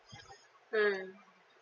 mm